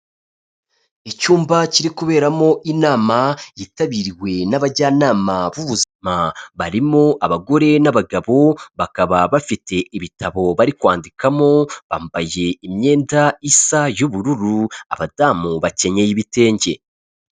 Icyumba kiri kuberamo inama yitabiriwe n'abajyanama b'ubuzima, barimo abagore n'abagabo bakaba bafite ibitabo bari kwandikamo, bambaye imyenda isa y'ubururu, abadamu bakenyeye ibitenge.